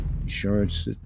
insurance